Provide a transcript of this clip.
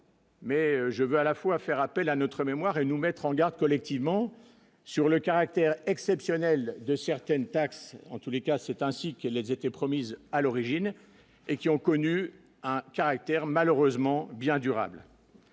Mais je veux à la fois faire appel à notre mémoire et nous mettre en garde collectivement sur le caractère exceptionnel de certaines taxes en tous les cas, c'est ainsi qu'elle était promise à l'origine et qui ont connu à caractère malheureusement bien durable.